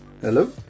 Hello